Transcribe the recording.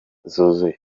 zuzuye